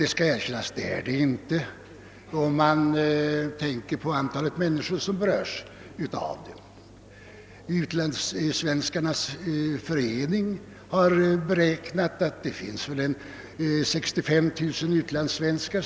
Det skall erkännas att det inte är stort, om man tänker på antalet människor som berörs av det. Utlandssvenskarnas förening har beräknat att det finns 65 000 utlandssvenskar.